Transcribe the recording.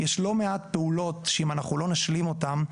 יש לא מעט פעולות שאם אנחנו לא נשלים אותן,